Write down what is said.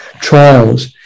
trials